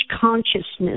consciousness